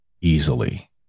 easily